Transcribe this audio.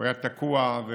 הוא היה תקוע ומבוטל,